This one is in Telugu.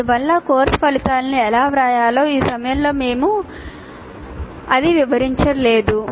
అందువల్ల కోర్సు ఫలితాలను ఎలా వ్రాయాలో ఈ సమయంలో మేము అదే వివరించలేదు